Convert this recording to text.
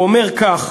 הוא אומר כך,